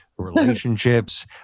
relationships